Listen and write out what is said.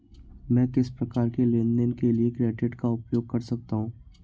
मैं किस प्रकार के लेनदेन के लिए क्रेडिट कार्ड का उपयोग कर सकता हूं?